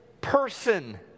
person